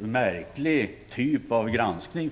märklig typ av granskning.